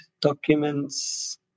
documents